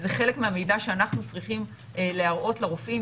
זה חלק מהמידע שאנחנו צריכים להראות לרופאים.